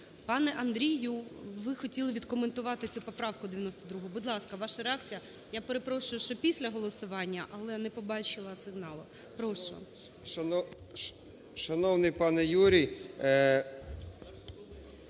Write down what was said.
пане Андрію, ви хотіливідкоментувати цю поправку 92. Будь ласка, ваша реакція, я перепрошую, що після голосування, але не побачила сигналу, прошу. 11:39:18 ІВАНЧУК